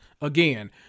Again